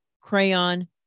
crayon